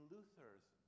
Luther's